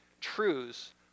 truths